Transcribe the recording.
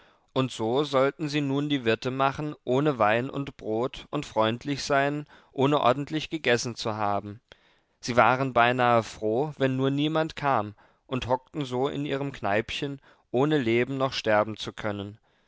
und so sollten sie nun die wirte machen ohne wein und brot und freundlich sein ohne ordentlich gegessen zu haben sie waren beinahe froh wenn nur niemand kam und hockten so in ihrem kneipchen ohne leben noch sterben zu können